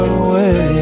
away